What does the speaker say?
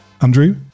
Andrew